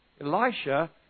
Elisha